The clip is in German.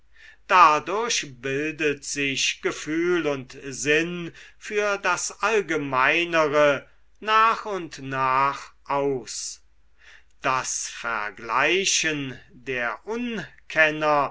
dadurch bildet sich gefühl und sinn für das allgemeinere nach und nach aus das vergleichen der unkenner